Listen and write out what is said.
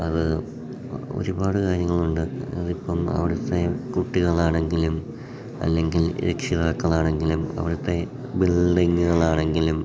അത് ഒരുപാട് കാര്യങ്ങൾ ഉണ്ട് അതിപ്പം അവിടുത്തെ കുട്ടികൾ ആണെങ്കിലും അല്ലെങ്കിൽ രക്ഷിതാക്കൾ ആണെങ്കിലും അവിടുത്തെ ബിൽഡിങ്ങ്കൾ ആണെങ്കിലും